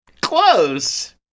close